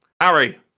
Harry